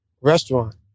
restaurant